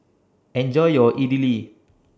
Enjoy your Idili